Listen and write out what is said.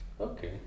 Okay